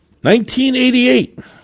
1988